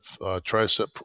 tricep